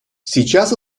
сейчас